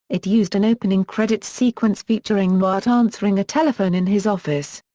it used an opening-credits sequence featuring newhart answering a telephone in his office.